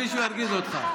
אולי מישהו ירגיז אותך.